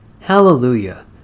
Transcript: Hallelujah